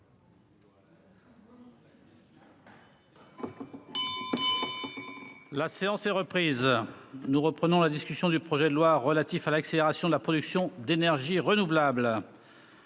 La séance est reprise. Nous poursuivons la discussion du projet de loi relatif à l'accélération de la production d'énergies renouvelables.